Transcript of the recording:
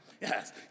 Yes